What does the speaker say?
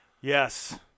Yes